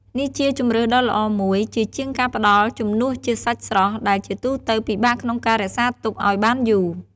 នេះជាជម្រើសដ៏ល្អមួយ ជៀសជាងការផ្តល់ជំនួសជាសាច់ស្រស់ ដែលជាទូទៅពិបាកក្នុងការរក្សាទុកឲ្យបានយូរ។